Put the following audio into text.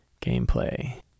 gameplay